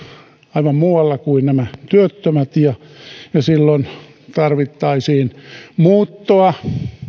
aivan muualla kuin nämä työttömät ja silloin tarvittaisiin muuttoa